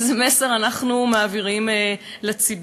איזה מסר אנחנו מעבירים לציבור?